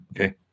Okay